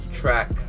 track